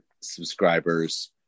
subscribers